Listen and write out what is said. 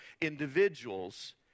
individuals